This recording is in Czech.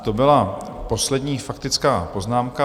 To byla poslední faktická poznámka.